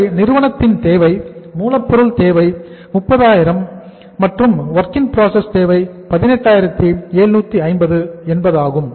இவை நிறுவனத்தின் தேவை மூலப்பொருள் தேவை 30000 மற்றும் WIP தேவை 18750 என்பதாகும்